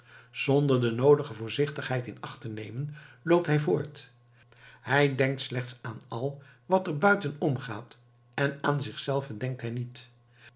zonder de noodige voorzichtigheid in acht te nemen loopt hij voort hij denkt slechts aan al wat er buiten om gaat en aan zichzelven denkt hij niet